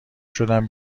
شدم